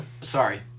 sorry